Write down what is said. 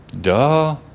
Duh